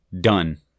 done